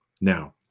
now